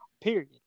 Period